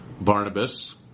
Barnabas